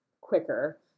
quicker